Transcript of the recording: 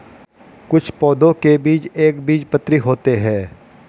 कुछ पौधों के बीज एक बीजपत्री होते है